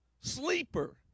sleeper